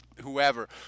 Whoever